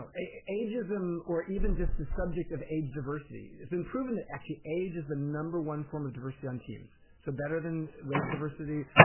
no. age-ism or even just the subject of age diversity has been proven that actually age is the number one form of diversity on teams. so better than race diversity,